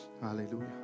Hallelujah